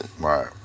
Right